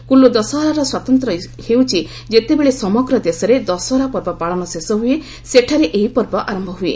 କୁଲ୍ଲୁ ଦଶହରାର ସ୍ୱାତନ୍ତ୍ୟ ହେଉଛି ଯେତେବେଳେ ସମଗ୍ର ଦେଶରେ ଦଶହରା ପର୍ବ ପାଳନ ଶେଷ ହୁଏ ସେଠାରେ ଏହି ପର୍ବ ଆରମ୍ଭ ହୁଏ